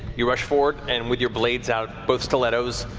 you rush forward and with your blades out, both stilettos,